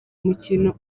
mukino